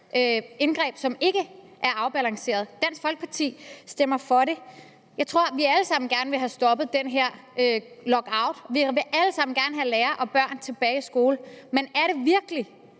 indgreb, som ikke er afbalanceret. Dansk Folkeparti stemmer for det. Jeg tror, at vi alle sammen gerne vil have stoppet den her lockout, og vi vil alle sammen gerne have lærere og børn tilbage i skolerne, men er det virkelig,